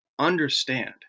understand